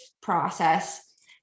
process